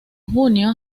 junio